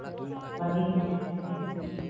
ᱵᱷᱟᱹᱜᱤ ᱴᱷᱤᱠ